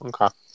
Okay